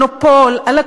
שמונופול על הכול,